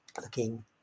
looking